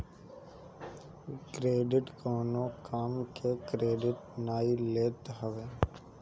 credit कवनो काम के क्रेडिट नाइ लेत हवे